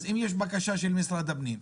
אז אם יש בקשה של משרד הפנים,